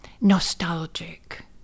nostalgic